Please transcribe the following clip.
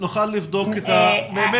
בשמחה נוכל לבדוק את ה --- אדוני,